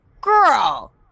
girl